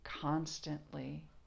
constantly